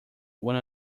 one